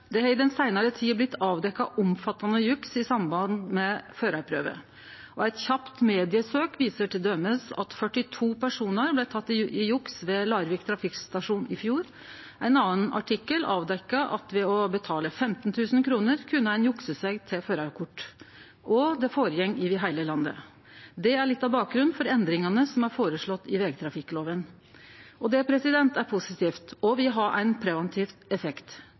Det har i den seinare tida blitt avdekt omfattande juks i samband med førarprøve. Eit kjapt mediesøk viser t.d. at 42 personar blei tekne for juks ved Larvik trafikkstasjon i fjor. Ein annan artikkel avdekte at ved å betale 15 000 kr kunne ein jukse seg til førarkort. Og det går føre seg over heile landet. Det er litt av bakgrunnen for endringane som er føreslått i vegtrafikkloven. Det er positivt og vil ha ein preventiv effekt.